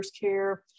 care